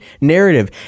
narrative